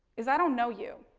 is i don't know you,